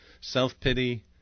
self-pity